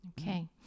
Okay